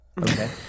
Okay